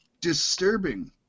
disturbing